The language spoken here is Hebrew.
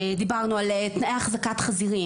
דיברנו על תנאי החזקת חזירים,